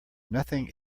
nothing